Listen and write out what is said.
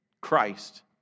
Christ